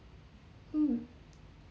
mm